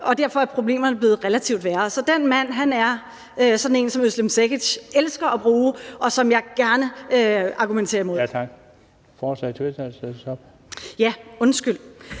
Og derfor er problemerne blevet relativt værre. Så den mand er sådan en, som Özlem Cekic elsker at bruge, og som jeg gerne argumenterer imod. Kl.